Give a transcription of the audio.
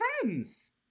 friends